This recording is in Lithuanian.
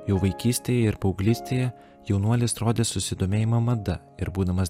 jau vaikystėje ir paauglystėje jaunuolis rodė susidomėjimą mada ir būdamas